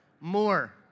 more